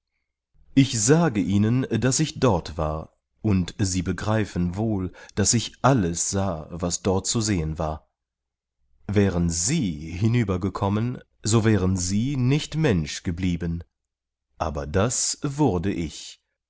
ich sage ihnen daß ich dort war und sie begreifen wohl daß ich alles sah was dort zu sehen war wären sie hinübergekommen so wären sie nicht mensch geblieben aber das wurde ich